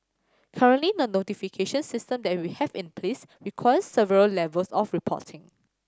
currently the notification system that we have in place requires several levels of reporting